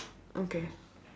okay